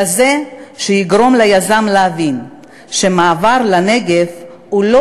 כזה שיגרום ליזם להבין שמעבר לנגב הוא לא